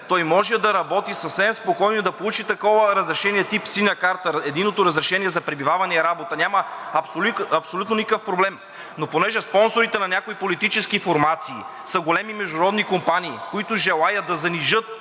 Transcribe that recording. той може да работи съвсем спокойно и да получи такова разрешение тип „Синя карта“ – „Единното разрешение за пребиваване и работа“, няма абсолютно никакъв проблем. (Реплики: „Времето, времето!“) Но понеже спонсорите на някои политически формации са големи международни компании, които желаят да занижат